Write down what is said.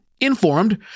informed